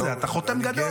מה זה, אתה חותם גדול.